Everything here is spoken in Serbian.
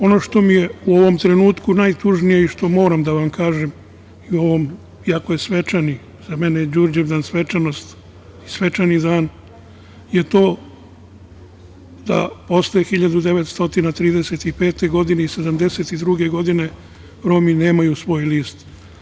Ono što mi je u ovom trenutku najtužnije i što moram da vam kažem i u ovom, iako je svečan i za mene je Đurđevdan svečanost, svečani dan, je to da posle 1935. godine i 1972. godine Romi nemaju svoj list.